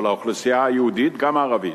אבל האוכלוסייה היהודית, גם הערבית,